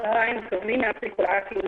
צהריים טובים לכולם.